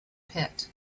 pit